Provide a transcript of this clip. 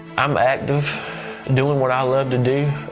i'm active doing what i love to do,